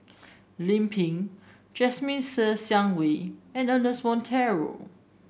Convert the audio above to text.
Lim Pin Jasmine Ser Xiang Wei and Ernest Monteiro